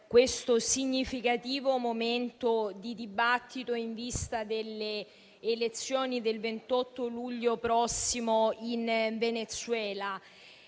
questo significativo momento di dibattito in vista delle elezioni del 28 luglio prossimo in Venezuela.